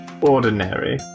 Ordinary